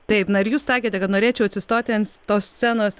taip na ir jūs sakėte kad norėčiau atsistoti ant tos scenos